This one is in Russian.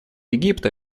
египта